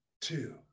two